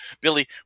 Billy